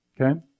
Okay